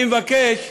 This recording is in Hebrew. אני מבקש,